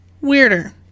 weirder